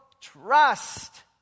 trust